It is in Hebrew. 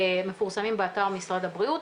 מפורסמים באתר משרד הבריאות.